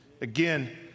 Again